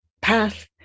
path